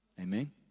Amen